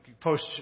post